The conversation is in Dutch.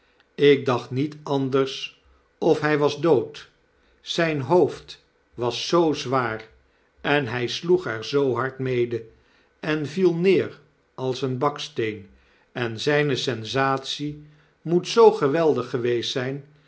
ik dacht niet anders of hy was dood zp hoofd was zoo zwaar en hi sloeg er zoo hard mede en viel neeralseenbaksteen enzynesensatie moet zoo geweldig geweest zyn